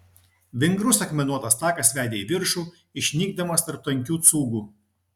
vingrus akmenuotas takas vedė į viršų išnykdamas tarp tankių cūgų